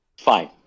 Fine